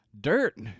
dirt